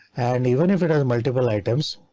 and even if it has multiple items,